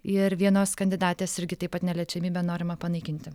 ir vienos kandidatės irgi taip pat neliečiamybę norima panaikinti